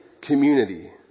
community